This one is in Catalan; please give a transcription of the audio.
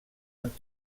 han